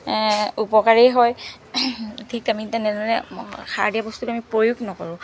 উপকাৰী হয় ঠিক আমি তেনেদৰে সাৰ দিয়া বস্তু আমি প্ৰয়োগ নকৰোঁ